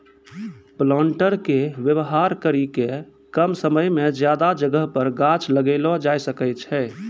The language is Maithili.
प्लांटर के वेवहार करी के कम समय मे ज्यादा जगह पर गाछ लगैलो जाय सकै छै